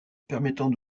permettant